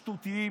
שטותיים,